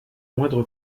moindre